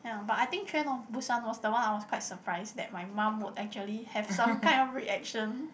ya but I think train to Busan was the one I was quite surprised that my mum would actually have some kind of reaction